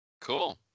Cool